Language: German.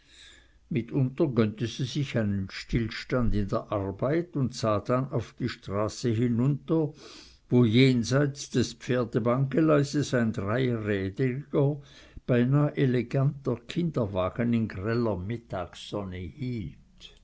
mitunter gönnte sie sich einen stillstand in der arbeit und sah dann auf die straße hinunter wo jenseits des pferdebahngeleises ein dreirädriger beinahe eleganter kinderwagen in greller mittagssonne hielt